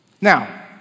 Now